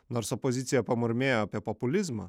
nors opozicija pamurmėjo apie populizmą